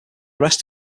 rest